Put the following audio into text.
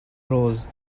rose